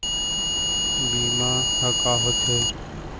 बीमा ह का होथे?